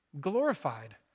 glorified